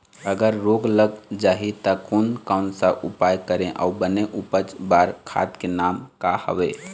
अगर रोग लग जाही ता कोन कौन सा उपाय करें अउ बने उपज बार खाद के नाम का हवे?